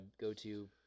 go-to